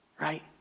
right